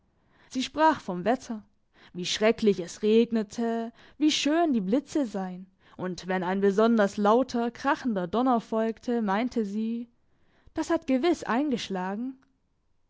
sie sprach vom wetter wie schrecklich es regnete wie schön die blitze seien und wenn ein besonders lauter krachender donner folgte meinte sie das hat gewiss eingeschlagen